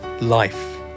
Life